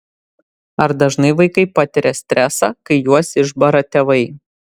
ar dažnai vaikai patiria stresą kai juos išbara tėvai